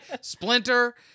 Splinter